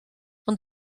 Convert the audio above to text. ond